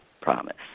promise